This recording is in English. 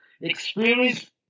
Experience